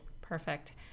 Perfect